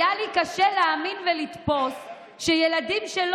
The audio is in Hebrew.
היה לי קשה להאמין ולתפוס שילדים לא